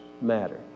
matter